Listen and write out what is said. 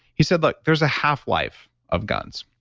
he said, look, there's a half-life of guns,